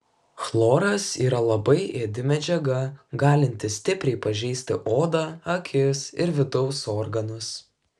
chloras yra labai ėdi medžiaga galinti stipriai pažeisti odą akis ir vidaus organus